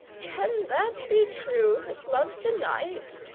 can that be true that loves the night?